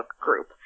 group